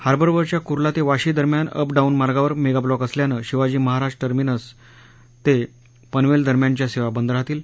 हार्बरवरच्या कुर्ला ते वाशी दरम्यान up down मार्गावर मेगा ब्लॉक असल्यानं शिवाजी महाराज टर्मिनस ते पनवेल दरम्यानच्या सेवा बंद राहतील